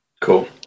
cool